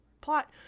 plot